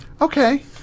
Okay